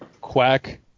Quack